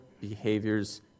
behaviors